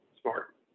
smart